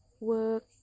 work